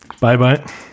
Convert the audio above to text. Bye-bye